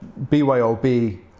BYOB